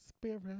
Spirit